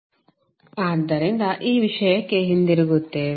flow ಅಧ್ಯಯನಗಳನ್ನು load ಮಾಡಿ ಮುಂದುವರೆದ ಭಾಗ ಆದ್ದರಿಂದ ಈ ವಿಷಯಕ್ಕೆ ಹಿಂತಿರುಗುತ್ತೇವೆ